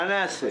מה נעשה?